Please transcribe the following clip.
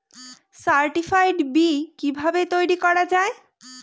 Certified B কিভাবে তৈরি করা যায়?